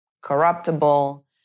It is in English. corruptible